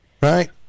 Right